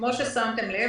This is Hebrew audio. כמו ששמתם לב,